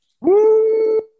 Woo